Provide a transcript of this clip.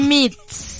Meats